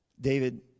David